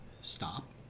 stop